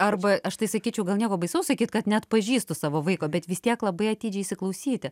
arba aš tai sakyčiau gal nieko baisaus sakyt kad neatpažįstu savo vaiko bet vis tiek labai atidžiai įsiklausyti